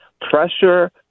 pressure